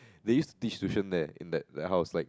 they used to teach tuition there in that that house like